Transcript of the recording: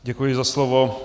Děkuji za slovo.